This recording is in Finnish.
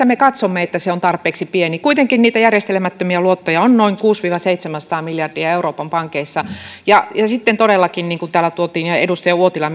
me katsomme olevan tarpeeksi pieni kuitenkin järjestelemättömiä luottoja on noin kuusisataa viiva seitsemänsataa miljardia euroopan pankeissa sitten todellakin niin kuin täällä tuotiin esille esimerkiksi edustaja uotila